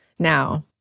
Now